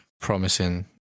promising